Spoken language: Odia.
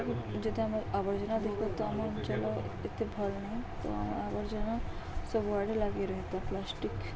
ଯଦି ଆମେ ଆବର୍ଜନା ଦେଖ ତ ଆମ ଅଞ୍ଚଳ ଏତେ ଭଲ୍ ନାହିଁ ତ ଆମ ଆବର୍ଜନା ସବୁଆଡ଼େ ଲାଗି ରହିଥାଏ ପ୍ଲାଷ୍ଟିକ